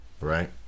right